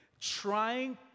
trying